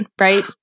right